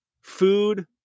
food